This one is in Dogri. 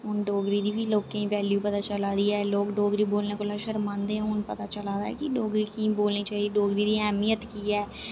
हून डोगरी दी बी लोके गी वैल्यू पता चला दी ऐ लोक डोगरी बोलने कौला शरमांदे हून पता चला दा ऐ के डोगरी की बोलनी चाहिदी अहमियत केह् ऐ